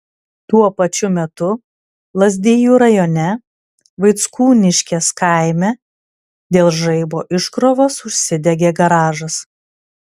tuo pačiu metu lazdijų rajone vaickūniškės kaime dėl žaibo iškrovos užsidegė garažas